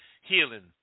healing